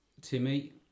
Timmy